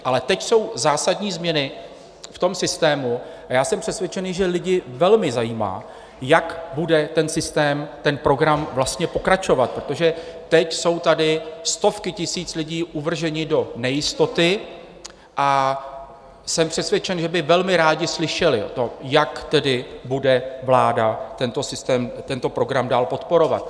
Ale teď jsou zásadní změny v tom systému a já jsem přesvědčený, že lidi velmi zajímá, jak bude ten systém, ten program vlastně pokračovat, protože teď jsou tady stovky tisíc lidí uvrženy do nejistoty, a jsem přesvědčen, že by velmi rádi slyšeli, jak bude vláda tento systém, tento program dál podporovat.